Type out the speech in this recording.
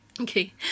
Okay